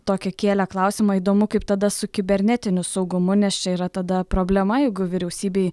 tokį kėlė klausimą įdomu kaip tada su kibernetiniu saugumu nes čia yra tada problema jeigu vyriausybei